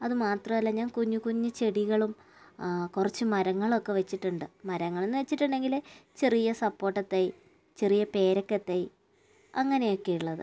അത് മാത്രമല്ല ഞാൻ കുഞ്ഞു കുഞ്ഞു ചെടികളും കുറച്ച് മരങ്ങളൊക്കെ വെച്ചിട്ടുണ്ട് മരങ്ങളെന്ന് വെച്ചിട്ടുണ്ടെങ്കില് ചെറിയ സപ്പോർട്ട തൈ ചെറിയ പേരക്ക തൈ അങ്ങനെയൊക്കെയുള്ളത്